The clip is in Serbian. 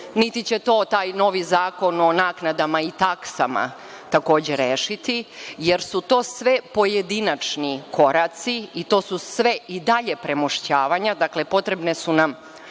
niti će to taj novi zakon o naknadama i taksama takođe rešiti jer su sve to pojedinačni koraci i to su sve i dalje premošćavanja, dakle, potrebne su nam